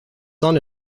son